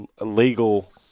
legal